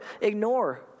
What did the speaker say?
ignore